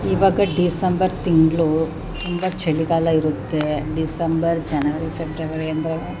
ಇವಾಗ ಡಿಸಂಬರ್ ತಿಂಗಳು ತುಂಬ ಚಳಿಗಾಲ ಇರುತ್ತೆ ಡಿಸಂಬರ್ ಜನವರಿ ಫೆಬ್ರವರಿ ಅಂದರೆ